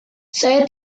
saya